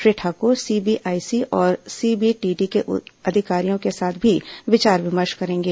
Shri Thakar CBIC और CBDT के अधिकारियों के साथ भी विचार विमर्श करेंगे